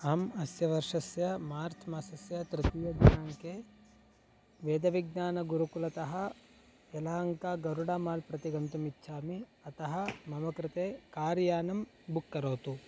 अहम् अस्य वर्षस्य मार्च् मासस्य तृतीये दिनाङ्के वेदविज्ञानगुरुकुलतः यलहङ्का गरुडा माल् प्रति गन्तुम् इच्छामि अतः मम कृते कार् यानं बुक् करोतु